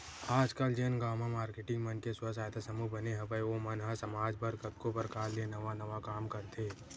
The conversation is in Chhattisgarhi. आजकल जेन गांव म मारकेटिंग मन के स्व सहायता समूह बने हवय ओ मन ह समाज बर कतको परकार ले नवा नवा काम करथे